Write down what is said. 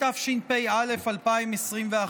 התשפ"א 2021,